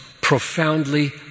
profoundly